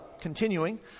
continuing